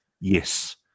yes